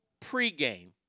pregame